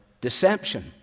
deception